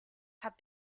have